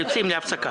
הוועדה יוצאת להפסקה.